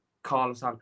Carlos